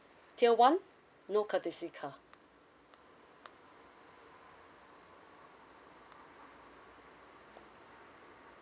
tier one no courtesy car